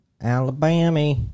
Alabama